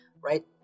right